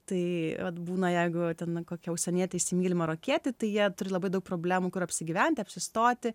tai vat būna jeigu ten kokia užsienietė įsimyli marokietį tai jie turi labai daug problemų kur apsigyventi apsistoti